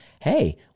hey